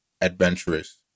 adventurous